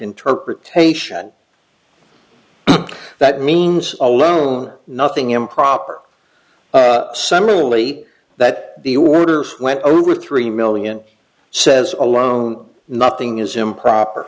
interpretation that means alone nothing improper summerlee that the order went over three million says alone nothing is improper